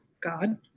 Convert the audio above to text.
God